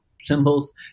symbols